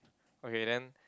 okay then